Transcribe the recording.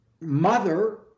mother